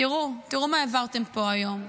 תראו, תראו מה העברתם פה היום: